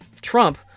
Trump